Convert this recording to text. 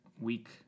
week